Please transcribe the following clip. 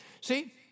See